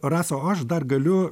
rasa o aš dar galiu